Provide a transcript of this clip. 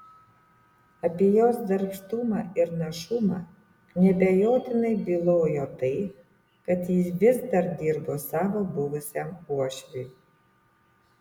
apie jos darbštumą ir našumą neabejotinai bylojo tai kad ji vis dar dirbo savo buvusiam uošviui